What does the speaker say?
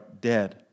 dead